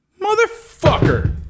Motherfucker